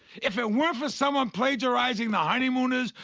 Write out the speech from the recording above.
if it weren't for someone plagiarizing the honeymooners,